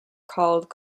called